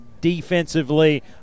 defensively